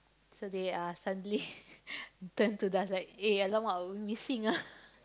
so they are suddenly turn to dance like eh !alamak! we missing ah